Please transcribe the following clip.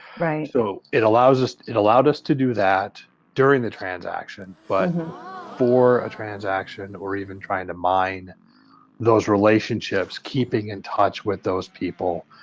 so it allowed us allowed us to do that during the transaction but for a transaction or even trying to mine those relationships, keeping in touch with those people.